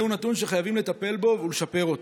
זהו נתון שחייבים לטפל בו ולשפר אותו.